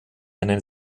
eine